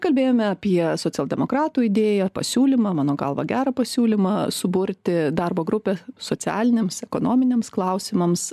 kalbėjome apie socialdemokratų idėją pasiūlymą mano galva gerą pasiūlymą suburti darbo grupę socialiniams ekonominiams klausimams